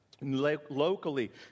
locally